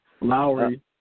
Lowry